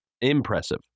Impressive